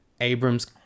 Abrams